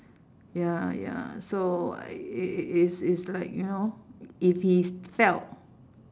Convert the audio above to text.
ya ya so I it's it's it's it's like you know if he felt